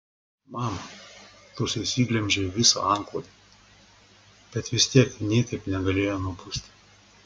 mama tu susiglemžei visą antklodę bet vis tiek niekaip negalėjo nubusti